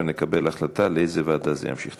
ונקבל החלטה לאיזו ועדה זה ימשיך.